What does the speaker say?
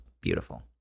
beautiful